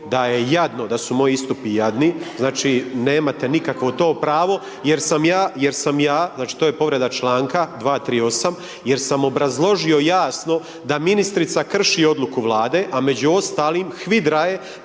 da je jadno, da su moji istupi jadni, znači nemate nikakvo to pravo jer sam ja, jer sam ja znači to je povreda članka 238. jer sam obrazložio jasno da ministrica krši odluku Vlade, a među ostalim HVIDR-a je